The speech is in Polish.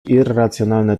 irracjonalne